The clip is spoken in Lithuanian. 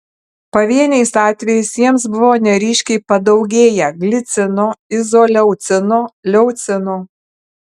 pavieniais atvejais jiems buvo neryškiai padaugėję glicino izoleucino leucino